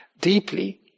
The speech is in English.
deeply